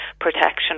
protection